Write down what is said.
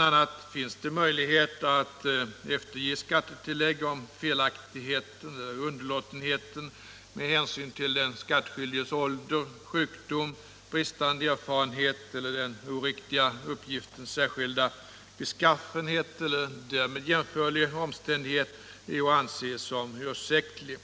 a. finns möjlighet att efterge skattetillägg om felaktigheten eller underlåtenheten med hänsyn till den skattskyldiges ålder, sjukdom, bristande erfarenhet eller den oriktiga uppgiftens särskilda beskaffenhet eller därmed jämförlig omständighet är att anse som ursäktlig.